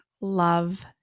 love